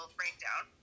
breakdown